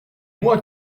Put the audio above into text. moi